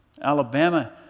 Alabama